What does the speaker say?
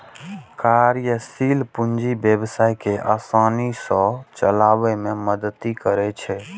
कार्यशील पूंजी व्यवसाय कें आसानी सं चलाबै मे मदति करै छै